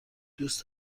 دوست